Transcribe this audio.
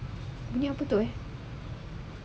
bunyi apa tu ya